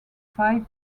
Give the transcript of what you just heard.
five